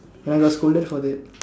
and I got scolded for that